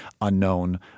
Unknown